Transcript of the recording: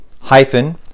hyphen